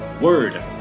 word